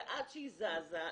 ועד שהיא זזה,